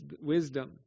wisdom